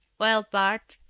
well, bart,